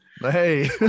Hey